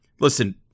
listen